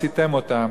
ועשיתם אֹתם,